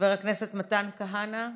חבר הכנסת מתן כהנא,